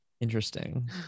Interesting